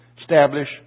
establish